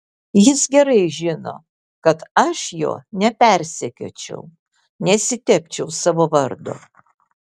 jis gerai žino kad aš jo nepersekiočiau nesitepčiau savo vardo